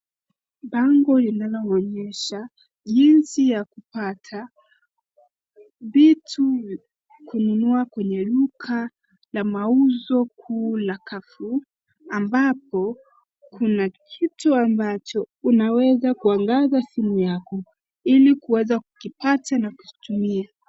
Bango linaloonyesha jinsi ya kupata vitu, kununua kwenye duka la mauzo kuu la Carrefour, ambapo kuna kitu ambacho unaweza kuangaza simu yako, ili kuweza kukipata na kukitumia.